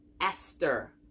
Esther